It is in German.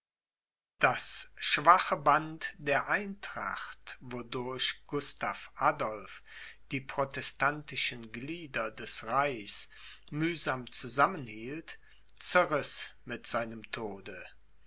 das schwache band der eintracht wodurch gustav adolph die protestantischen glieder des reichs mühsam zusammenhielt zerriß mit seinem tode